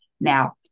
Now